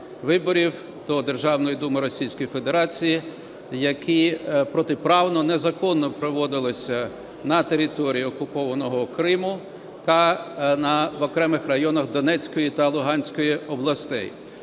до Державної Думи Російської Федерації, які протиправно, незаконно проводилися на території окупованого Криму та в окремих районах Донецької та Луганської областей.